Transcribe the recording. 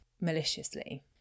maliciously